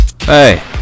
Hey